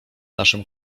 naszym